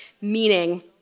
meaning